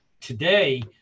today